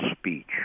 speech